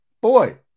boy